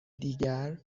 دیگر